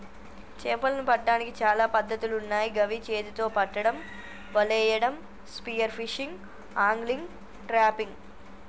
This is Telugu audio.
చేపలను పట్టడానికి చాలా పద్ధతులున్నాయ్ గవి చేతితొ పట్టడం, వలేయడం, స్పియర్ ఫిషింగ్, ఆంగ్లిగ్, ట్రాపింగ్